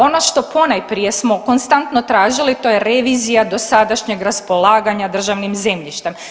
Ono što ponajprije smo konstantno tražili to je revizija dosadašnjeg raspolaganja državnim zemljištem.